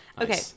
Okay